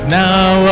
now